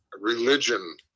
religion